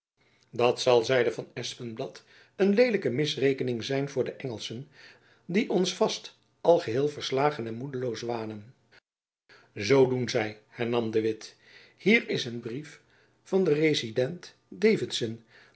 dat zal zeide van espenblad een leelijke misrekening zijn voor de engelschen die ons vast al geheel verslagen en moedeloos wanen zoo doen zy hernam de witt hier is een brief van den